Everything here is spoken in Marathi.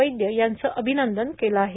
वैद्य यांचं अभिनंदन केलं आहे